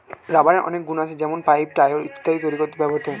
রাবারের অনেক গুন আছে যেমন পাইপ, টায়র ইত্যাদি তৈরিতে ব্যবহৃত হয়